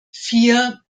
vier